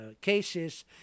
cases